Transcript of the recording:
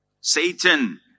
Satan